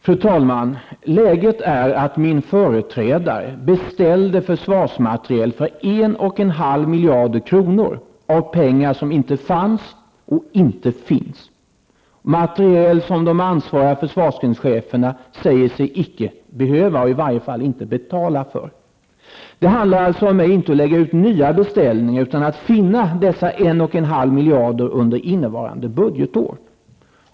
Fru talman! Läget är att min företrädare beställde försvarsmateriel för 1,5 miljard kronor av pengar som inte fanns och inte finns. Det är materiel som de ansvariga försvarsgrenscheferna säger sig inte behöva och i varje fall inte vilja betala för. Det handlar således inte om att lägga ut nya beställningar utan om att finna 1,5 miljard kronor under innevarande budgetår.